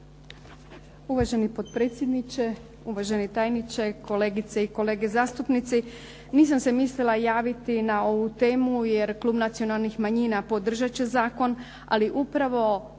Uvaženi potpredsjedniče, uvaženi tajniče, kolegice i kolege zastupnici. Nisam se mislila javiti na ovu temu, jer Klub nacionalnih manjina podržat će zakon, ali upravo